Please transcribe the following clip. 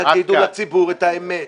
-- תגידו לציבור את האמת,